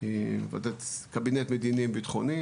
קבינט מדיני בטחוני,